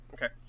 Okay